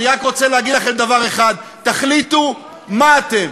אני רק רוצה להגיד לכם דבר אחד: תחליטו מה אתם.